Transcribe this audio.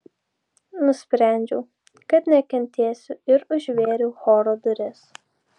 nusprendžiau kad nekentėsiu ir užvėriau choro duris